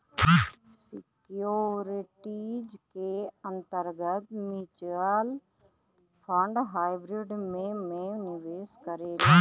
securities के अंतर्गत mutual fund hybrid में में निवेश करेलन